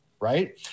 Right